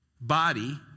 Body